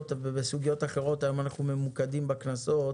ובסוגיות אחרות היום אנחנו ממוקדים בקנסות